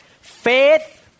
Faith